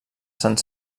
sant